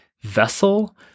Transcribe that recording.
vessel